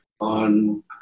on